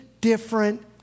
different